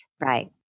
Right